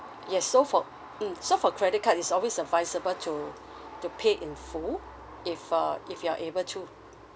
yes so for mm so for credit card it's always advisable to to pay in full if uh if you're able to